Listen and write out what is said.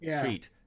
treat